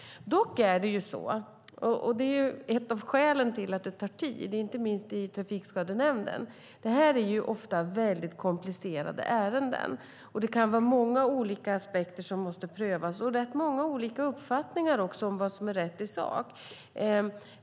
Dock är det så, och det är ett av skälen till att det tar tid inte minst i Trafikskadenämnden, att det här ofta är väldigt komplicerade ärenden. Det kan vara många olika aspekter som måste prövas och även rätt många uppfattningar om vad som är rätt i sak.